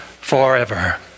forever